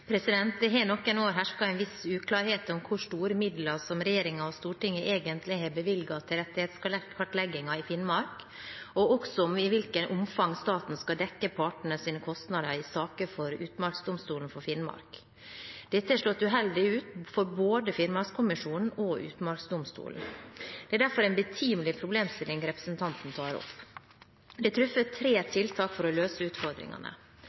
Det har i noen år hersket en viss uklarhet om hvor store midler regjeringen og Stortinget egentlig har bevilget til rettighetskartleggingen i Finnmark, og i hvilket omfang staten skal dekke partenes kostnader i saker for Utmarksdomstolen for Finnmark. Dette har slått uheldig ut for både Finnmarkskommisjonen og Utmarksdomstolen. Det er derfor en betimelig problemstilling representanten tar opp. Det er blitt truffet tre tiltak for å løse utfordringene: